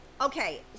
Okay